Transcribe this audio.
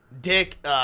Dick